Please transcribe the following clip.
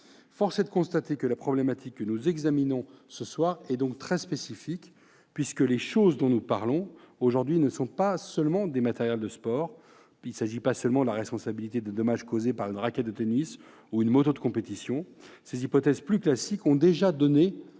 Force est de constater que la problématique que nous examinons ce soir est très spécifique, puisque les « choses » dont nous parlons aujourd'hui ne sont pas des matériels de sport : il ne s'agit pas de la responsabilité des dommages causés par une raquette de tennis ou une moto de compétition ... Ces hypothèses, plus classiques, ont déjà donné